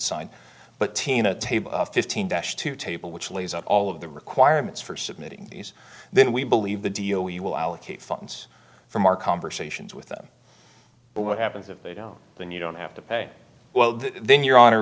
sign but tina table fifteen dash to table which lays out all of the requirements for submitting these then we believe the deal we will allocate funds from our conversations with them but what happens if they don't then you don't have to pay well then your honor